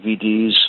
DVDs